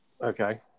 Okay